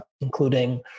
including